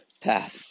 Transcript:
path